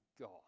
God